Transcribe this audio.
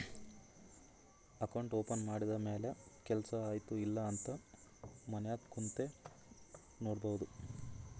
account open ಮಾಡಿದ ಮ್ಯಾಲ ಕೆಲ್ಸಾ ಆಯ್ತ ಇಲ್ಲ ಅಂತ ಮನ್ಯಾಗ್ ಕುಂತೆ ನೋಡ್ಬೋದ್